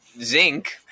zinc